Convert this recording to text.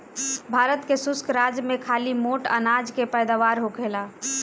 भारत के शुष्क राज में खाली मोट अनाज के पैदावार होखेला